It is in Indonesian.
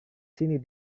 sini